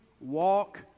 walk